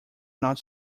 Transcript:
not